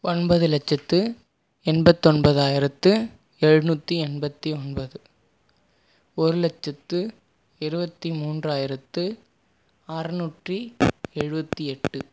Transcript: ஒன்பது லட்சத்து எண்பத்தொன்பதாயிரத்து எழுநூற்றி எண்பத்தி ஒன்பது ஒரு லட்சத்து இருபத்தி மூன்றாயிரத்து அறநூற்றி எழுபத்தி எட்டு